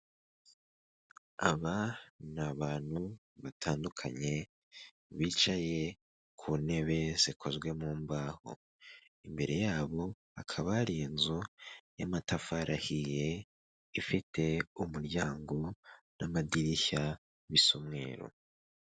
Aba ni abantu batandukanye bicaye ku ntebe zikozwe mu mbaho, imbere yabo hakaba hari inzu y'amatafari ahiye ifite umuryango n'amadirishya bisa umweru.